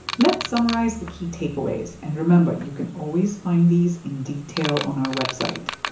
let's summarize the key takeaways. and remember, you can always find these in detail on our website